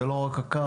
זה לא רק הקרקע.